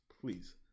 Please